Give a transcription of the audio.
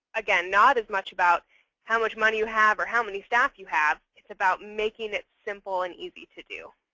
again, not as much about how much money you have or how many staff you have. it's about making it simple and easy to do.